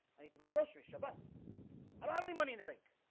i need to buy groceries shabbat and have any money in the bank.